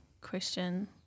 question